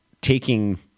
taking